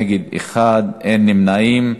נגד, 1, אין נמנעים.